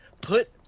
Put